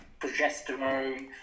progesterone